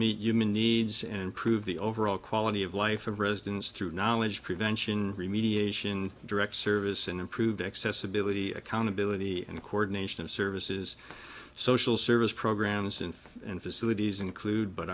meet human needs and prove the overall quality of life of residents through knowledge prevention remediation direct service and improved accessibility accountability and coordination of services social service programs info and facilities include but